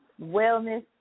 Wellness